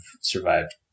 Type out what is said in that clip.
survived